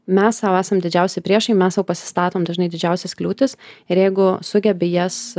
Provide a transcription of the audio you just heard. mes sau esam didžiausi priešai mes sau pasistatom dažnai didžiausias kliūtis ir jeigu sugebi jas